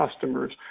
customers